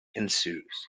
ensues